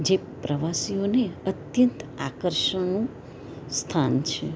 જે પ્રવાસીઓને અત્યંત આકર્ષણનું સ્થાન છે